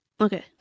Okay